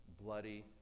bloody